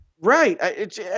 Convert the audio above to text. Right